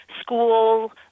school